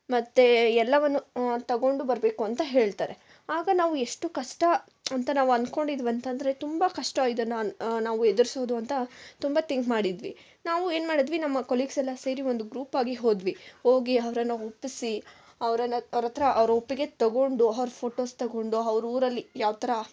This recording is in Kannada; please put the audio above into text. ಮತ್ತು ಎಲ್ಲವನ್ನು ತೊಗೊಂಡು ಬರಬೇಕು ಅಂತ ಹೇಳ್ತಾರೆ ಆಗ ನಾವು ಎಷ್ಟು ಕಷ್ಟ ಅಂತ ನಾವು ಅಂದ್ಕೊಂಡಿದ್ವಿಂತೆಂದ್ರೆ ತುಂಬ ಕಷ್ಟ ಇದನ್ನು ನಾವು ಎದ್ರಿಸೋದು ಅಂತ ತುಂಬ ತಿಂಕ್ ಮಾಡಿದ್ವಿ ನಾವು ಏನು ಮಾಡಿದ್ವಿ ನಮ್ಮ ಕೊಲೀಗ್ಸ್ ಎಲ್ಲ ಸೇರಿ ಒಂದು ಗ್ರೂಪ್ ಆಗಿ ಹೋದ್ವಿ ಹೋಗಿ ಅವರನ್ನ ಒಪ್ಪಿಸಿ ಅವರನ್ನು ಅವರತ್ರ ಅವರ ಒಪ್ಪಿಗೆ ತೊಗೊಂಡು ಅವ್ರ ಫೋಟೊಸ್ ತೊಗೊಂಡು ಅವ್ರ ಊರಲ್ಲಿ ಯಾವ ಥರ